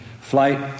flight